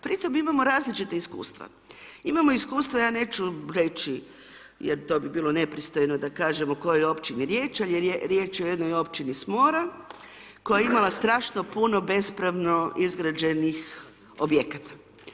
Pri tome imamo različita iskustva, imamo iskustva, ja neću reći jer to bi bilo nepristojno da kažemo o kojoj općini je riječ, ali je riječ o jednoj općini s mora koja je imala strašno puno bespravno izgrađenih objekata.